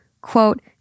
quote